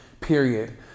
period